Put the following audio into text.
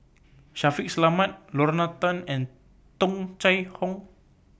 Shaffiq Selamat Lorna Tan and Tung Chye Hong